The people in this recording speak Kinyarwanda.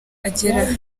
agera